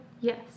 Yes